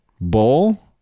Bowl